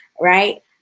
right